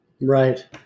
Right